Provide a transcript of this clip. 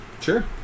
Sure